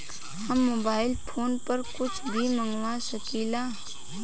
हम mobile phone पर कुछ भी मंगवा सकिला?